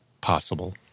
possible